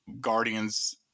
Guardians